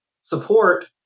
support